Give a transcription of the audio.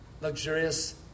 luxurious